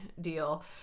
deal